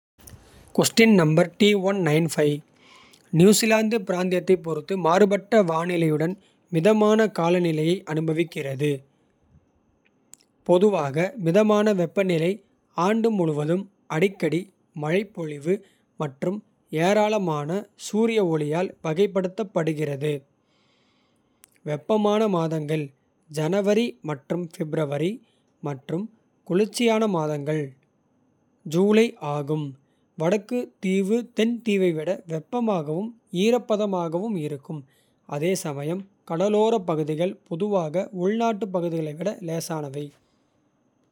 நியூசிலாந்து பிராந்தியத்தைப் பொறுத்து மாறுபட்ட. வானிலையுடன் மிதமான காலநிலையை அனுபவிக்கிறது. பொதுவாக மிதமான வெப்பநிலை ஆண்டு முழுவதும். அடிக்கடி மழைப்பொழிவு மற்றும் ஏராளமான சூரிய. ஒளியால் வகைப்படுத்தப்படுகிறது வெப்பமான. மாதங்கள் ஜனவரி மற்றும் பிப்ரவரி மற்றும் குளிர்ச்சியான. மாதங்கள் ஜூலை ஆகும் வடக்கு தீவு தென் தீவை விட. வெப்பமாகவும் ஈரப்பதமாகவும் இருக்கும் அதே சமயம். கடலோரப் பகுதிகள் பொதுவாக உள்நாட்டுப். பகுதிகளை விட லேசானவை.